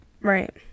right